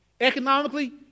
Economically